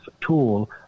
tool